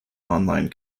online